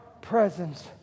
presence